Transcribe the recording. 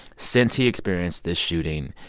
since he experienced this shooting,